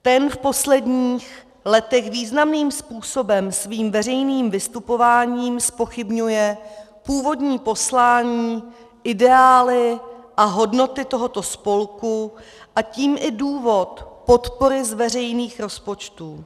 Ten v posledních letech významným způsobem svým veřejným vystupováním zpochybňuje původní poslání, ideály a hodnoty tohoto spolku, a tím i důvod podpory z veřejných rozpočtů.